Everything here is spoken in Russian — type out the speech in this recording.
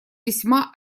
весьма